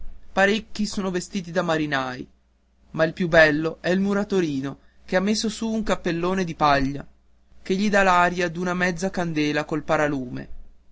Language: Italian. parecchi sono vestiti da marinai ma il più bello è il muratorino che ha messo su un cappellone di paglia che gli dà l'aria d'una mezza candela col paralume